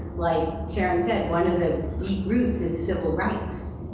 like sharron said, one of the deep roots is civil rights,